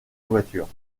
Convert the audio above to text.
voiture